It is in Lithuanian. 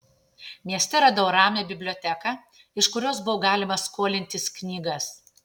mieste radau ramią biblioteką iš kurios buvo galima skolintis knygas